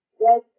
yes